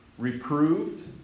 Reproved